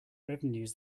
revenues